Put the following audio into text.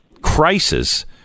crisis